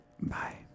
Bye